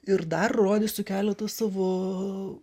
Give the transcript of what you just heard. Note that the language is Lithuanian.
ir dar rodysiu keletą savo